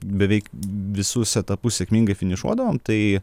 beveik visus etapus sėkmingai finišuodavom tai